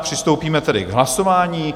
Přistoupíme tedy k hlasování.